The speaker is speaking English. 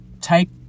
take